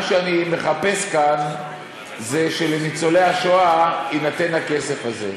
מה שאני מחפש כאן זה שלניצולי השואה יינתן הכסף הזה.